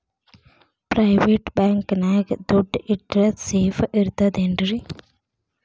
Private bank ನ್ಯಾಗ್ ದುಡ್ಡ ಇಟ್ರ ಸೇಫ್ ಇರ್ತದೇನ್ರಿ?